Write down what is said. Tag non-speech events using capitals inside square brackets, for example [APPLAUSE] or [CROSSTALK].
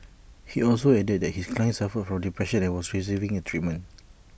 he also added that his client suffered from depression and was receiving treatment [NOISE]